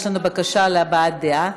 יש לנו בקשת הבעת דעה.